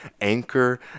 anchor